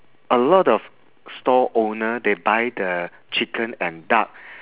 a lot of stall owner they buy the chicken and duck